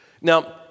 Now